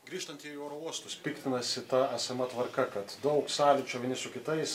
grįžtant į oro uostus piktinasi ta esama tvarka kad daug sąlyčio vieni su kitais